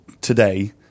today